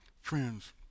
Friends